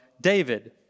David